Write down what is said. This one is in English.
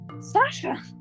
Sasha